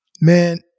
man